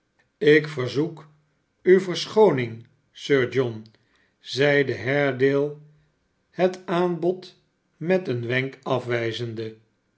ik verzoek u verschooning sir john zeide haredale het aanbod met een wenk afwijzende